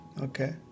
Okay